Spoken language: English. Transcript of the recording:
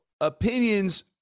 Opinions